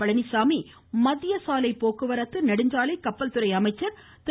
பழனிசாமி மத்திய சாலை போக்குவரத்து நெடுஞ்சாலை கப்பல்துறை அமைச்சர் திரு